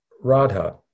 Radha